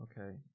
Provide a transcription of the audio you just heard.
okay